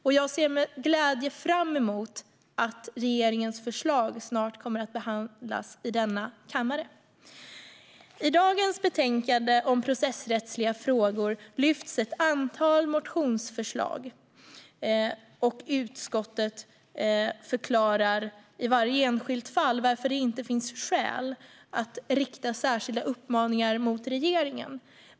Och jag ser fram emot att regeringens förslag snart kommer att behandlas i denna kammare. I detta betänkande om processrättsliga frågor lyfts ett antal motionsförslag fram. Utskottet förklarar i varje enskilt fall varför det inte finns skäl för att rikta särskilda uppmaningar till regeringen.